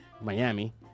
Miami